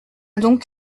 donc